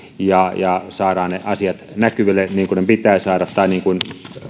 ja ja saadaan ne asiat näkyville niin kuin ne pitää saada tai niin kuin